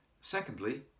secondly